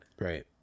Right